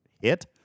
hit